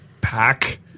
pack